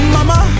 Mama